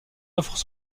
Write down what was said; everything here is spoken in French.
offres